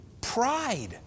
pride